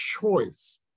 choice